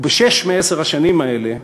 ובשש מעשר השנים האלה,